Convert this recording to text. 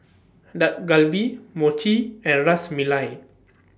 Dak Galbi Mochi and Ras Melai